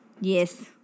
Yes